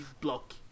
block